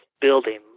building